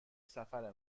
سفر